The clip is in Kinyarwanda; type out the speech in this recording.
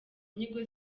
nyigo